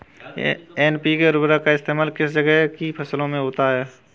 NPK उर्वरक का इस्तेमाल किस तरह की फसलों में होता है?